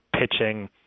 pitching